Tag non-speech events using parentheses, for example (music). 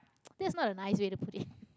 (noise) that's not a nice way to put it (laughs)